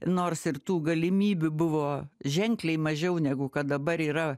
nors ir tų galimybių buvo ženkliai mažiau negu kad dabar yra